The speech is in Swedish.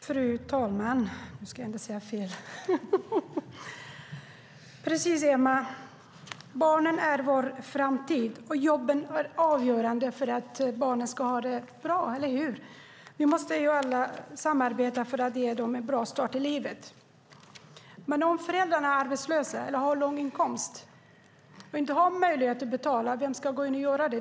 Fru talman! Barnen är vår framtid, Emma, och jobben är avgörande för att barnen ska ha det bra - eller hur? Vi måste alla samarbeta för att ge dem en bra start i livet. Men om föräldrarna är arbetslösa eller har låga inkomster och inte har möjlighet att betala, vem ska då göra det?